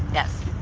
yes.